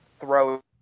throw